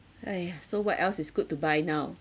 !aiya! so what else is good to buy now